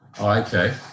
Okay